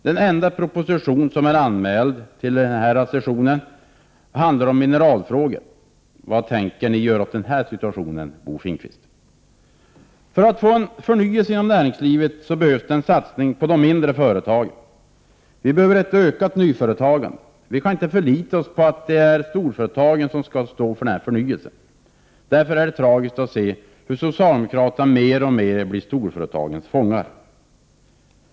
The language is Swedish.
Den enda proposition som är anmäld till denna session handlar om mineralfrågor. Vad tänker ni göra åt den här situationen, Bo Finnkvist? För att få en förnyelse inom näringslivet behövs en satsning på de mindre företagen. Vi behöver ett ökat nyföretagande. Vi kan inte förlita oss på att det är storföretagen som skall stå för förnyelsen. Därför är det tragiskt att se hur socialdemokraterna mer och mer blir storföretagens fångar.